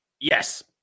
yes